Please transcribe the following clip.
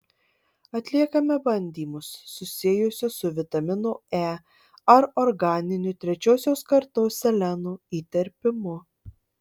atliekame bandymus susijusius su vitamino e ar organiniu trečiosios kartos seleno įterpimu